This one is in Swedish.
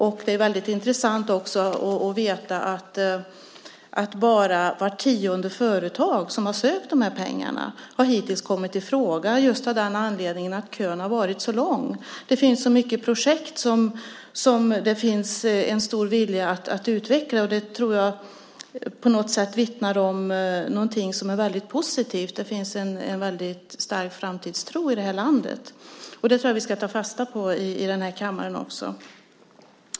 Det är också väldigt intressant att veta att bara vart tionde företag som har sökt de här pengarna hittills har kommit i fråga just av den anledningen att kön har varit så lång. Det finns så mycket projekt som det finns en stor vilja att utveckla, och det tror jag på något sätt vittnar om någonting som är väldigt positivt. Det finns en väldigt stark framtidstro i det här landet, och det tror jag att vi ska ta fasta på i den här kammaren.